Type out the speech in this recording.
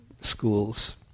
schools